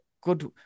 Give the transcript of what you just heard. good